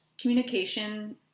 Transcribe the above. communication